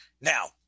Now